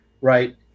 right